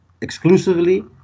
exclusively